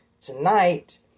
tonight